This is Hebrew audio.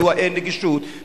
מדוע אין נגישות,